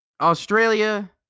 Australia